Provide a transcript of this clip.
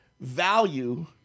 value